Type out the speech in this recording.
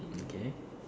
okay